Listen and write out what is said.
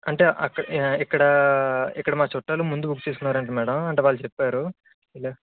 అంటే అక్క యా ఇక్కడ ఇక్కడ మా చుట్టాలు ముందు బుక్ చేసుకున్నారంట మ్యాడమ్ అంటే వాళ్ళు చెప్పారు